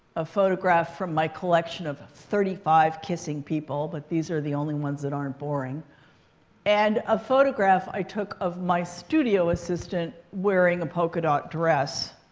a photograph from my collection of thirty five kissing people but these are the only ones that aren't boring and a photograph i took of my studio assistant wearing a polka-dot dress.